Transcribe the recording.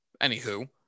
Anywho